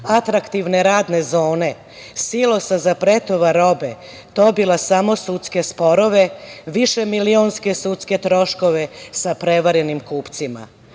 atraktivne radne zone, silosa za pretovar robe, dobila samo sudske sporove, višemilionske sudske troškove sa prevarenim kupcima.